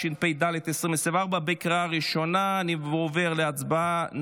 התשפ"ד 2024. אני עובר להצבעה,